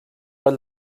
per